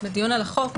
על החוק,